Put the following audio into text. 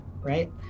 right